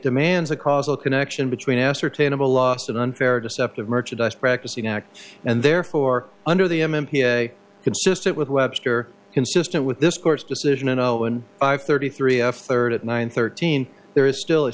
demands a causal connection between ascertainable lost and unfair deceptive merchandise practicing act and therefore under the m p a consistent with webster consistent with this court's decision and owen five thirty three f third at nine thirteen there is still a